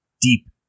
deep